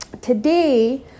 Today